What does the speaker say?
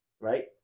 right